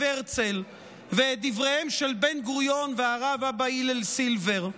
הרצל ואת דבריהם של בן-גוריון והרב אבא הילל סילבר,